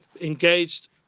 engaged